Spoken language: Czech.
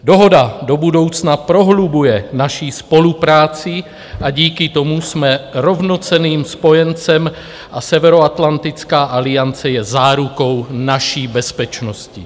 Dohoda do budoucna prohlubuje naši spolupráci a díky tomu jsme rovnocenným spojencem a Severoatlantická aliance je zárukou naší bezpečnosti.